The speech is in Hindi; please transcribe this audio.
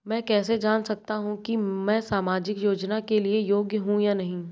मैं कैसे जान सकता हूँ कि मैं सामाजिक योजना के लिए योग्य हूँ या नहीं?